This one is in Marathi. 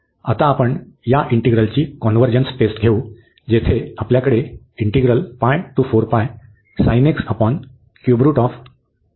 आता आपण या इंटिग्रलची कॉन्व्हर्जन्स टेस्ट घेऊ जिथे आपल्याकडे आहे